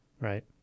right